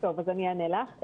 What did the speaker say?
אני אענה לך.